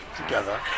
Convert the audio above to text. together